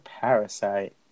Parasite